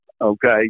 Okay